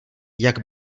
jak